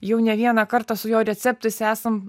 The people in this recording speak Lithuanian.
jau ne vieną kartą su juo receptuose esam